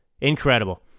Incredible